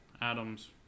Adams